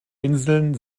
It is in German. inseln